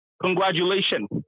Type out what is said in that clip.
Congratulations